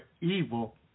evil